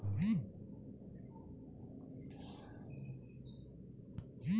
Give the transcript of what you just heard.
सरकार अनुदान का आवंटन किन किन क्षेत्रों में करती है?